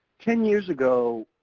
ten years ago,